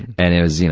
and it was, you know,